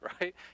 right